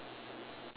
the same